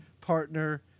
partner